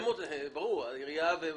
הם בסוף עומדים מול